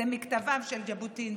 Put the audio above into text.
זה מכתביו של ז'בוטינסקי.